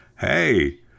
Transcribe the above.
hey